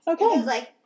Okay